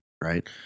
right